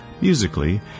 Musically